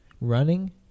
running